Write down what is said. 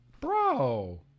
Bro